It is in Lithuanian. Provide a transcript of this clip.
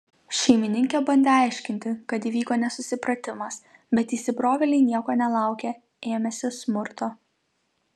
šeimininkė bandė aiškinti kad įvyko nesusipratimas bet įsibrovėliai nieko nelaukę ėmėsi smurto